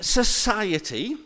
society